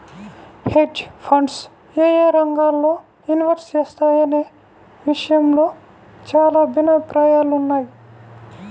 hedge funds యేయే రంగాల్లో invest చేస్తాయనే విషయంలో చానా భిన్నాభిప్రాయాలున్నయ్